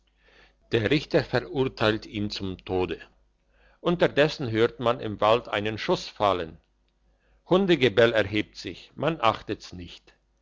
der richter verurteilt ihn zum tode unterdessen hört man im wald einen schuss fallen hundegebell erhebt sich man achtet's nicht